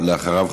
ואחריו,